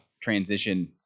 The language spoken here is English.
transition